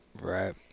Right